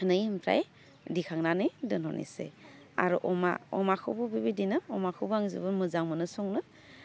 नै ओमफ्राय दिखांनानै दोनहरनोसै आरो अमा अमाखौबो बेबायदिनो अमाखौबो आङो जोबोद मोजां मोनो संनो